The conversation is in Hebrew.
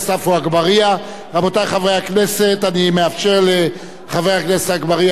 אני מאפשר לחבר הכנסת אגבאריה לחזור למקומו ואנחנו עוברים